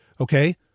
Okay